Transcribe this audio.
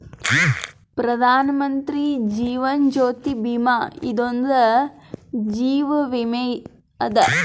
ಪ್ರಧಾನ್ ಮಂತ್ರಿ ಜೀವನ್ ಜ್ಯೋತಿ ಭೀಮಾ ಇದು ಒಂದ ಜೀವ ವಿಮೆ ಅದ